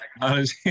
technology